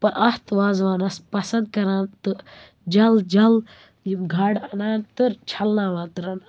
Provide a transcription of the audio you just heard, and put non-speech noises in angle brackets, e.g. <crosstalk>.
اَتھ وازوانس پسند کَران تہٕ جل جل یِم گاڈٕ اَنان تٕر چھلناوان تہٕ <unintelligible>